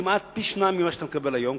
כמעט פי-שניים ממה שאתה מקבל היום,